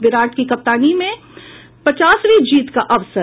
विराट की कप्तानी में पचासवीं जीत का अवसर